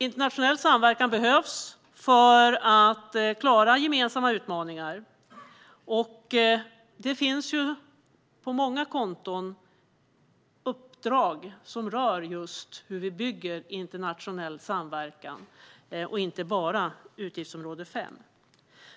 Internationell samverkan behövs för att klara gemensamma utmaningar. Det finns på många konton, inte bara utgiftsområde 5, uppdrag som rör just hur vi bygger internationell samverkan.